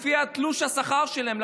קודם כול לפי תלוש השכר שלהם,